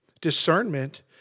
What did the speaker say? discernment